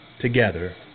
together